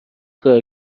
کار